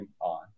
on